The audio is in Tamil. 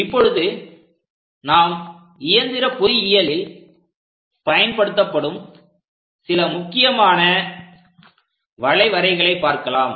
இப்பொழுது நாம் இயந்திர பொறியியலில் பயன்படுத்தப்படும் சில முக்கியமான வளைவரைகளை பார்க்கலாம்